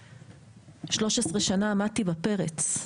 במשך 13 שנה אני עמדתי בפרץ.